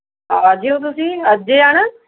ਆ ਜਿਓ ਤੁਸੀਂ ਅੱਜ ਏ ਆਉਣਾ